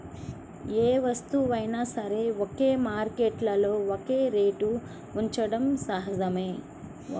ఏ వస్తువైనా సరే ఒక్కో మార్కెట్టులో ఒక్కో రేటు ఉండటం సహజమే